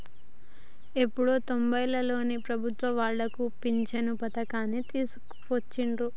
ఎప్పుడో తొంబైలలోనే ప్రభుత్వం వాళ్ళు పించను పథకాన్ని తీసుకొచ్చిండ్రు